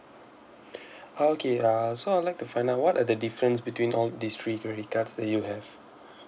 okay uh so I would like to find out what are the difference between all these three credit cards that you have